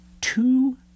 two